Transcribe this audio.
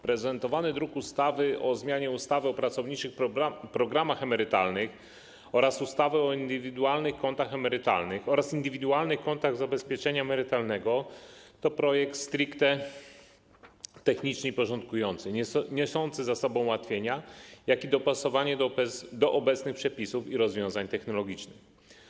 Prezentowany druk ustawy o zmianie ustawy o pracowniczych programach emerytalnych oraz ustawy o indywidualnych kontach emerytalnych oraz indywidualnych kontach zabezpieczenia emerytalnego to projekt stricte techniczny i porządkujący, niosący ze sobą ułatwienia, jak i dopasowanie do obecnych przepisów i rozwiązań technologicznych.